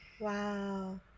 Wow